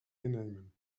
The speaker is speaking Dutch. innemen